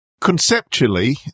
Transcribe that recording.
Conceptually